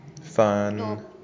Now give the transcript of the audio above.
Fun